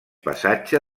passatge